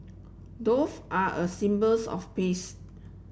doves are a symbols of peace